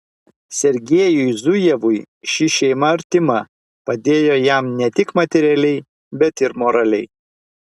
sergiejui zujevui ši šeima artima padėjo jam ne tik materialiai bet ir moraliai